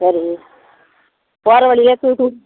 சரி போகிற வழியே